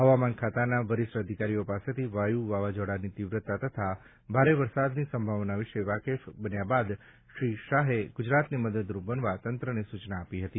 હવામાન ખાતાના વરિષ્ઠ અધિકારીઓ પાસેથી વાયુ વાવાઝોડાની તિવ્રતા તથા ભારે વરસાદની સંભાવના વિશે વાકેફ બન્યા બાદ શ્રી શાહે ગુજરાતને મદદરૂપ બનવા તંત્રને સુચના આપી હતી